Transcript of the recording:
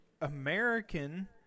American